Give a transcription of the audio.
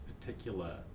particular